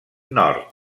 nord